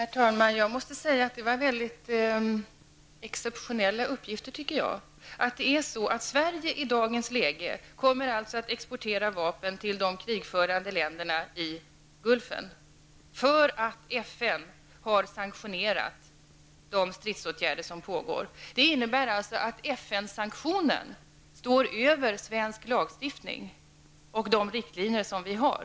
Herr talman! Jag måste säga att det här är väldigt exceptionella uppgifter. Sverige kommer i dagens läge att exportera vapen till de krigförande länderna i Gulfen, därför att FN har sanktionerat de krigsåtgärder som pågår. Det innebär att FN sanktionen står över svensk lagstiftning och de riktlinjer som vi har.